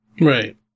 Right